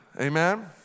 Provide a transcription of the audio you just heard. Amen